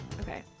okay